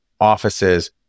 offices